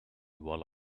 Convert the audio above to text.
while